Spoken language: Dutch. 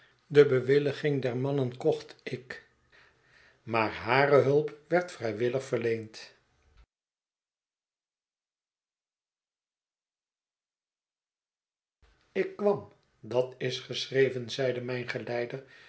de bewilliging der mannen kocht ik maar hare hulp werd vrijwillig verleend ik kwam dat is geschreven zeide mijn geleider